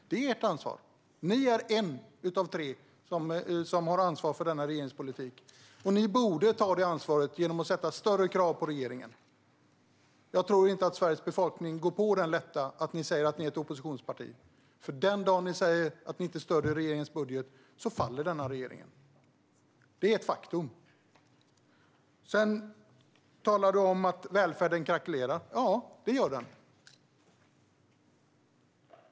Det är ert ansvar. Ni är ett av tre partier som har ansvar för denna regerings politik. Ni borde ta detta ansvar genom att ställa större krav på regeringen. Jag tror inte att Sveriges befolkning går på att ni säger att ni är ett oppositionsparti. För den dag som ni säger att ni inte stöder regeringens budget faller denna regering. Det är ett faktum. Sedan talade du om att välfärden krackelerar. Ja, det gör den.